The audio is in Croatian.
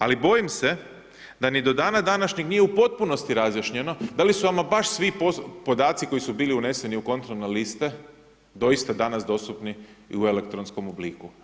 Ali, bojim se, da ni dana današnjeg nije u potpunosti razjašnjeno da li su ama baš svi podaci koji su bili uneseni u kontrolne liste doista danas dostupni u i elektronskom obliku.